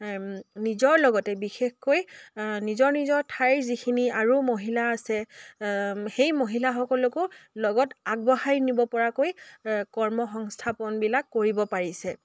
নিজৰ লগতে বিশেষকৈ নিজৰ নিজৰ ঠাইৰ যিখিনি আৰু মহিলা আছে সেই মহিলাসকলকো লগত আগবঢ়াই নিব পৰাকৈ কৰ্ম সংস্থাপনবিলাক কৰিব পাৰিছে